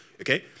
Okay